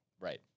Right